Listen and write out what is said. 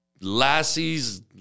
Lassie's